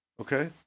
Okay